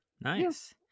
nice